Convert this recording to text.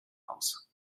aus